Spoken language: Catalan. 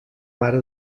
mare